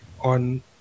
on